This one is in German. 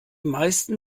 meisten